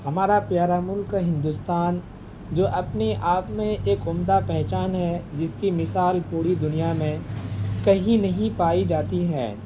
ہمارا پیارا ملک ہندوستان جو اپنی آپ میں ایک عمدہ پہچان ہے جس کی مثال پوری دنیا میں کہیں نہیں پائی جاتی ہے